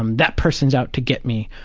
um that person's out to get me.